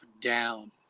down